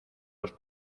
los